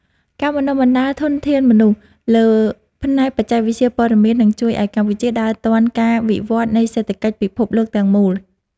ការបណ្តុះបណ្តាលធនធានមនុស្សលើផ្នែកបច្ចេកវិទ្យាព័ត៌មាននឹងជួយឱ្យកម្ពុជាដើរទាន់ការវិវត្តនៃសេដ្ឋកិច្ចពិភពលោកទាំងមូល។